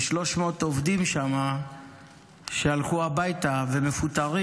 300 עובדים שם שהלכו הביתה והם מפוטרים